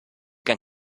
can